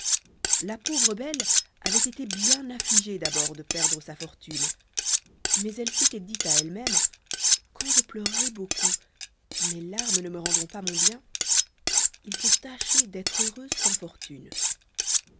la pauvre belle avait été bien affligée d'abord de perdre sa fortune mais elle s'était dit à elle-même quand je pleurerai bien fort mes larmes ne me rendront pas mon bien il faut tâcher d'être heureuse sans fortune